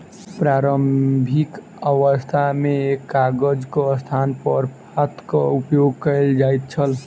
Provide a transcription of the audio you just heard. प्रारंभिक अवस्था मे कागजक स्थानपर पातक उपयोग कयल जाइत छल